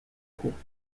courte